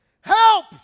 help